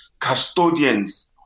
custodians